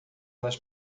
nas